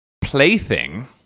plaything